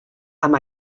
amb